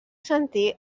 sentir